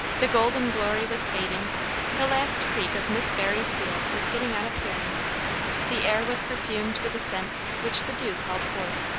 the golden glory was fading the last creak of miss barry's wheels was getting out of hearing the air was perfumed with the scents which the dew called forth.